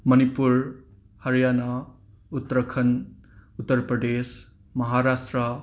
Manipur Haryana Uttarakhand Uttar Pradesh Maharashtra